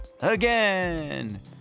again